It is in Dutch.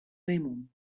remon